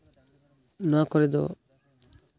ᱱᱚᱣᱟ ᱠᱚᱨᱮ ᱫᱚ